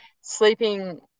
sleeping